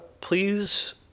please